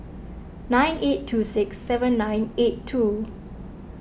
nine eight two six seven nine eight two